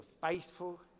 faithful